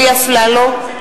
(קוראת בשמות חברי הכנסת) אלי אפללו,